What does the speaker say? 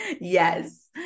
yes